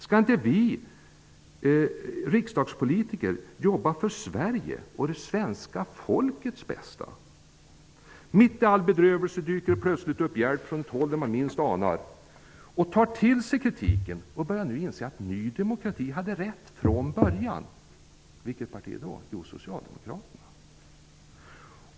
Skall inte vi riksdagspolitiker jobba för Sverige och det svenska folkets bästa? Mitt i all bedrövelse dyker det plötsligt upp hjälp från ett håll där man minst anar det. Det finns de som tar till sig kritiken och nu börjar inse att Ny demokrati hade rätt från början. Vilket parti är det fråga om? Jo, Socialdemokraterna.